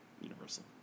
universal